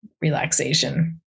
relaxation